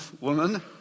woman